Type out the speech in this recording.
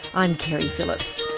i'm keri phillips.